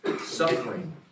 suffering